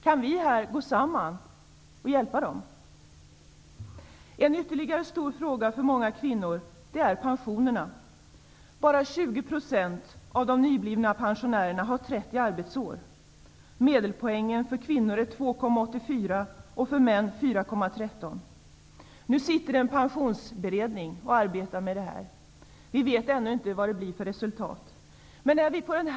Kan vi här gå samman och hjälpa dem? Ytterligare en stor fråga för många kvinnor är pensionerna. Bara 20 av de nyblivna pensionärerna har 30 arbetsår. Medelpoängen för kvinnor är 2,84 och för män 4,13. En pensionsberedning arbetar med dessa frågor, och vi vet ännu inte vilket resultat den kommer till.